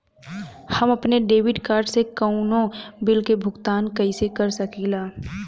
हम अपने debit card से कउनो बिल के भुगतान कइसे कर सकीला?